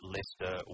Lester